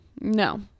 No